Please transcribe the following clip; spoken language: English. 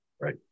Right